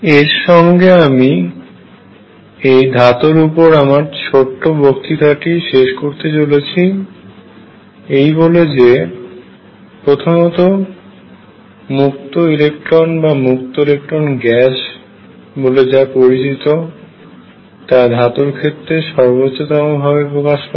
এর সঙ্গে আমি এই ধাতুর উপর আমার ছোট্ট বক্তৃতাটি শেষ করতে চলেছি এই বলে যে প্রথমত মুক্ত ইলেকট্রন বা মুক্ত ইলেকট্রন গ্যাস বলে যা পরিচিত তা ধাতুর ক্ষেত্রে সর্বোচ্চ তম ভাবে প্রকাশ পায়